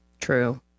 True